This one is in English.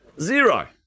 zero